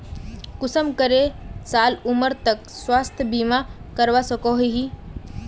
कुंसम करे साल उमर तक स्वास्थ्य बीमा करवा सकोहो ही?